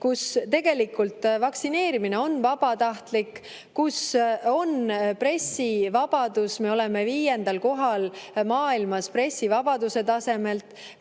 kus tegelikult vaktsineerimine on vabatahtlik, kus on pressivabadus – me oleme viiendal kohal maailmas pressivabaduse tasemelt